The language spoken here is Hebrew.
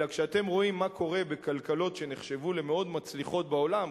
אלא כשאתם רואים מה קורה בכלכלות שנחשבו למאוד מצליחות בעולם,